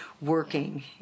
working